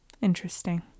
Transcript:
Interesting